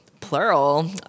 plural